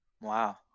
wow